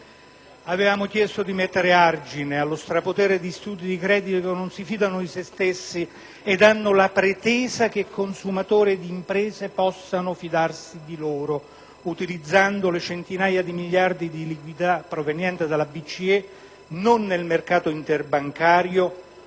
Avevamo chiesto di mettere argine allo strapotere di istituti di credito che non si fidano di se stessi ed hanno la pretesa che consumatori ed imprese possano fidarsi di loro, che utilizza le centinaia di miliardi di liquidità provenienti dalla BCE non nel mercato interbancario,